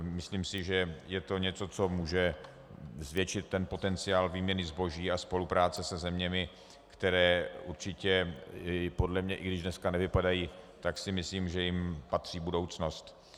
Myslím si, že je to něco, co může zvětšit potenciál výměny zboží a spolupráce se zeměmi, které určitě i podle mě, i když dneska nevypadají, tak si myslím, že jim patří budoucnost.